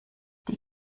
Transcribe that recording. die